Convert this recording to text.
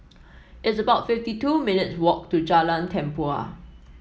it's about fifty two minutes walk to Jalan Tempua